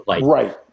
Right